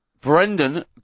Brendan